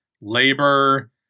labor